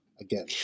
again